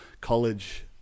college